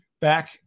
back